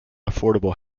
affordable